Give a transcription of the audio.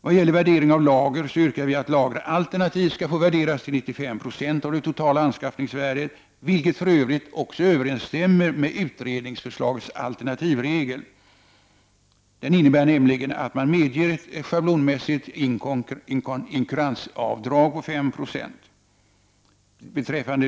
Vad gäller värderingar av lager yrkar vi att lager alternativt skall få värderas till 95 20 av det totala anskaffningsvärdet, vilket för övrigt överensstämmer med utredningsförslagets alternativregel. Den innebär nämligen att man medger ett schablonmässigt inkuransavdrag på 5 20.